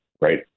Right